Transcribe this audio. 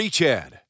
Chad